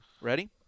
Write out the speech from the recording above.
Ready